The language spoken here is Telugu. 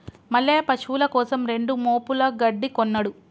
మల్లయ్య పశువుల కోసం రెండు మోపుల గడ్డి కొన్నడు